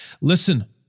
Listen